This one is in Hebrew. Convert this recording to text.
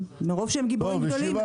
מרוב שהם גיבורים גדולים,